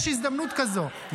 יש הזדמנות כזאת,